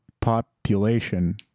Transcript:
population